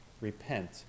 Repent